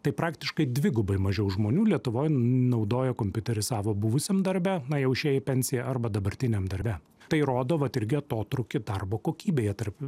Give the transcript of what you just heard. tai praktiškai dvigubai mažiau žmonių lietuvoj naudoja kompiuterį savo buvusiam darbe na jau išėję į pensiją arba dabartiniam darbe tai rodo vat irgi atotrūkį darbo kokybėje tarp